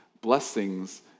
blessings